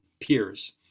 peers